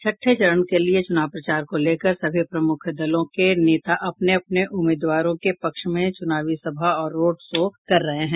छठे चरण के लिए चुनाव प्रचार को लेकर सभी प्रमुख दलों के नेता अपने अपने उम्मीदवारों के पक्ष में चुनावी सभा और रोड शो कर रहे हैं